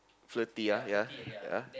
flirty ah ya ya